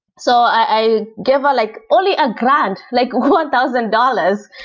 so i give her like only a grand, like one thousand dollars.